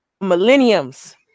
millenniums